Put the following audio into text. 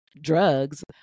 drugs